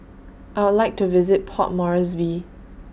I Would like to visit Port Moresby